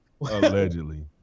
Allegedly